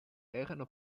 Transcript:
erano